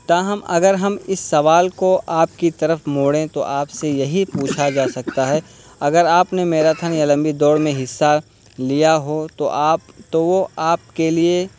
تاہم اگر ہم اس سوال کو آپ کی طرف موڑیں تو آپ سے یہی پوچھا جا سکتا ہے اگر آپ نے میراتھن یا لمبی دوڑ میں حصہ لیا ہو تو آپ تو وہ آپ کے لیے